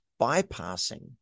bypassing